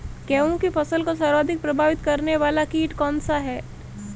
गेहूँ की फसल को सर्वाधिक प्रभावित करने वाला कीट कौनसा है?